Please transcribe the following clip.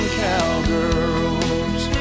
cowgirls